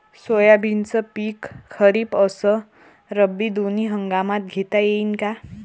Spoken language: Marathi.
सोयाबीनचं पिक खरीप अस रब्बी दोनी हंगामात घेता येईन का?